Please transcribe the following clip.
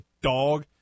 dog